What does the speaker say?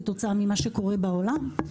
כתוצאה יותר ממה שקורה בעולם.